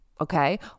Okay